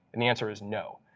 and the answer is no,